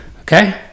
okay